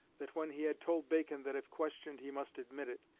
that when he had told bacon that if questioned he must admit it,